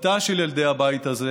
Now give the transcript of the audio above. בכיתה של ילדי הבית הזה